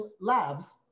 labs